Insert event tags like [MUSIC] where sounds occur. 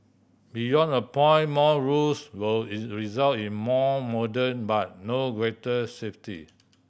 beyond a point more rules will [UNINTELLIGIBLE] result in more modem but no greater safety